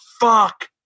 fuck